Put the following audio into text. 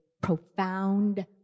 profound